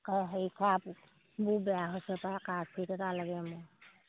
কা সেই কাপবোৰ বেয়া হৈছে পায় কাপ ছেট এটা লাগে মোৰ